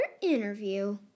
interview